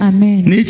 Amen